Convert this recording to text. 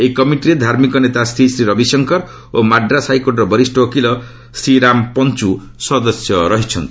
ଏହି କମିଟିରେ ଧାର୍ମିକ ନେତା ଶ୍ରୀଶ୍ରୀ ରବିଶଙ୍କର ଓ ମାଡ୍ରାସ୍ ହାଇକୋର୍ଟର ବରିଷ୍ଠ ଓକିଲ ଶ୍ରୀରାମ ପଞ୍ଚୁ ସଦସ୍ୟ ରହିଛନ୍ତି